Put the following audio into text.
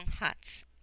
huts